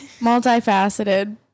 Multifaceted